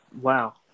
wow